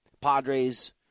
Padres